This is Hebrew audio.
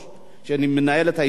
שמנהל את הישיבה,